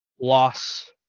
loss